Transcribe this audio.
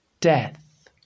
death